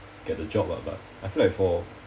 get the job lah but I feel like for